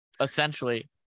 essentially